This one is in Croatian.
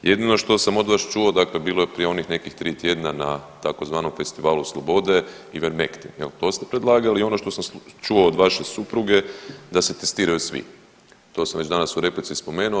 Jedino što sam od vas čuo dakle bilo je prije onih tri tjedna na tzv. festivalu slobode Ivermektin to ste predlagali i ono što sam čuo od vaše supruge da se testiraju svi, to sam već danas u replici spomenuo.